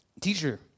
Teacher